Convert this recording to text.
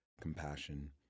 compassion